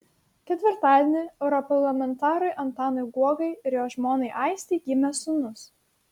ketvirtadienį europarlamentarui antanui guogai ir jo žmonai aistei gimė sūnus